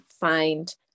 find